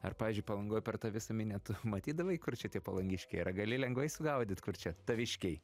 ar pavyzdžiui palangoj per tą visą minią tu matydavai kur čia tie palangiškiai ar gali lengvai sugaudyt kur čia taviškiai